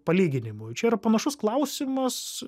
palyginimui čia yra panašus klausimas